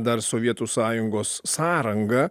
dar sovietų sąjungos sąrangą